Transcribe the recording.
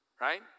Right